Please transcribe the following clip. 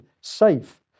safe